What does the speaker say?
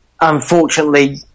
unfortunately